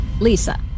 Lisa